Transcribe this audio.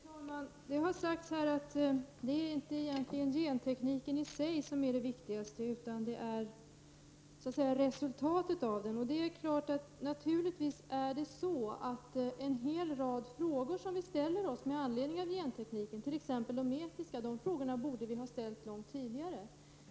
Fru talman! Det har sagts är att det egentligen inte är gentekniken i sig som är det viktigaste utan resultatet av den. Och det är klart att en hel rad frågor som vi ställer med anledning av gentekniken, t.ex. de etiska, borde vi ha ställt långt tidigare.